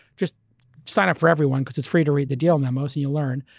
just sign up for everyone because it's free to read the deal memos, you'll learn.